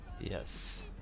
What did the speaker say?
Yes